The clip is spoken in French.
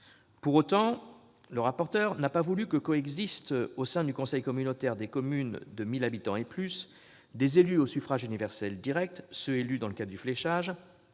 Pour autant, le rapporteur n'a pas voulu que coexistent, au sein du conseil communautaire des communes de 1 000 habitants et plus, des membres élus au suffrage universel direct- élus dans le cadre du fléchage